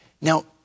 Now